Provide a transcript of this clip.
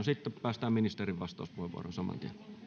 sitten päästään ministerin vastauspuheenvuoroon saman tien